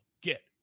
get